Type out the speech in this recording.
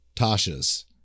Tasha's